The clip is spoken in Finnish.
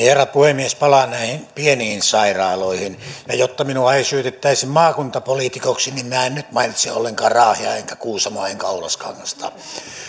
herra puhemies palaan näihin pieniin sairaaloihin ja jotta minua ei syytettäisi maakuntapoliitikoksi niin minä en nyt mainitse ollenkaan raahea enkä kuusamoa enkä oulaskangasta